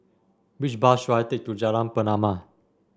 which bus should I take to Jalan Pernama